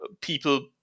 people